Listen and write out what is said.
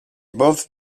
both